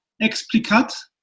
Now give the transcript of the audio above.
Explicat